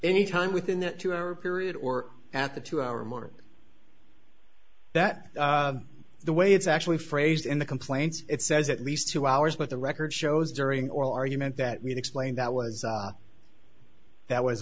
anytime within that two hour period or at the two hour or more that the way it's actually phrased in the complaint it says at least two hours but the record shows during oral argument that we explained that was that was